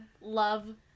love